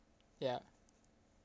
ya